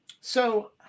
So-